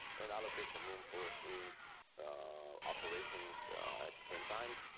and allocate some room four. three operations at the same time,